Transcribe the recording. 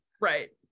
Right